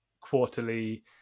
quarterly